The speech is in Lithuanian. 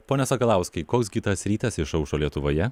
pone sakalauskai koks gi tas rytas išaušo lietuvoje